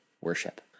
worship